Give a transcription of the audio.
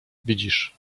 widzisz